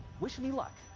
wish me luck,